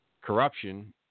corruption